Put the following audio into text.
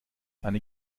eine